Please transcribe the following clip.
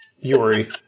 Yuri